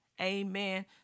Amen